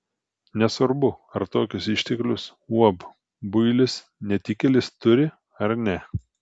nesvarbu ar tokius išteklius uab builis netikėlis turi ar ne